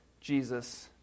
Jesus